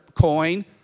coin